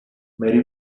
may